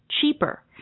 cheaper